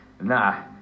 nah